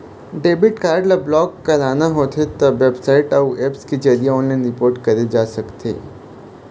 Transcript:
debit card ल block कराना होथे त बेबसाइट अउ ऐप्स के जरिए ऑनलाइन रिपोर्ट करे जा सकथे